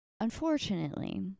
Unfortunately